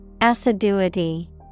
Assiduity